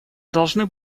должны